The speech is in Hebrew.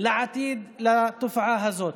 לעתיד לתופעה הזאת.